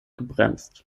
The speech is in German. gebremst